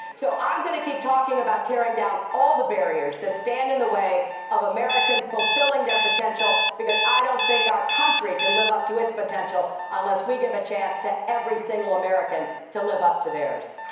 so i'm going to keep talking about tearing down all the barriers that stand in the way of americans fulfilling their potential, because i don't think our country can live up to its potential unless we give a chance to every single american to live up to theirs.